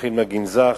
הולכים לגנזך,